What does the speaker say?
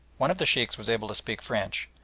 one of the sheikhs was able to speak french,